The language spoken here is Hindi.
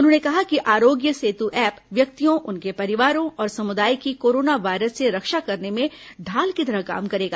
उन्होंने कहा कि आरोग्य सेतु ऐप व्यक्तियों उनके परिवारों और समुदाय की कोरोना वायरस से रक्षा करने में ढाल की तरह काम करेगा